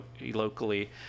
locally